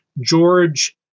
George